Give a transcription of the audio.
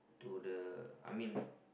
to the I mean